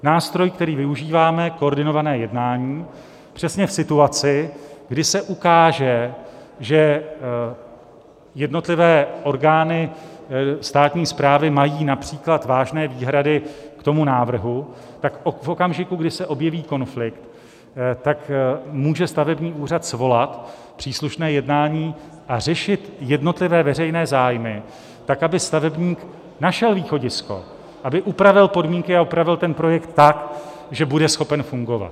Nástroj, který využíváme, koordinované jednání, přesně v situaci, kdy se ukáže, že jednotlivé orgány státní správy mají například vážné výhrady k tomu návrhu, tak v okamžiku, kdy se objeví konflikt, může stavební úřad svolat příslušné jednání a řešit jednotlivé veřejné zájmy, aby stavebník našel východisko, aby upravil podmínky a upravil ten projekt tak, že bude schopen fungovat.